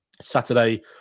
Saturday